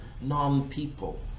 non-people